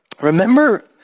remember